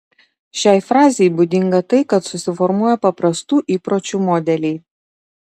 šiai fazei būdinga tai kad susiformuoja paprastų įpročių modeliai